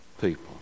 people